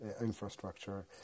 infrastructure